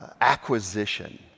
acquisition